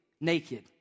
naked